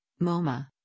MoMA